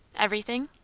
everything.